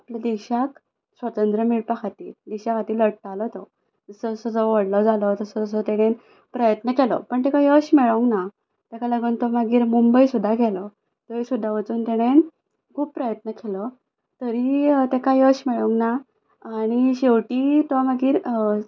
आपल्या देशाक स्वातंत्र्य मेळपा खातीर देशा खातीर लडटालो तो जस जसो व्हडलो जालो तसो तेणेन प्रयत्न केलो पण तेका यश मेळोंक ना तेका लागोन तो मागीर मुंबय सुद्दां गेलो थंय सुद्दां वचोन तेणे खूब प्रयत्न केलो तरीय तेका यश मेळोंक ना आनी शेवटी तो मागीर